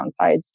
downsides